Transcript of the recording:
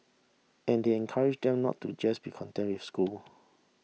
and they encourage them not to just be content with the school